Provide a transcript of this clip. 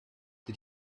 did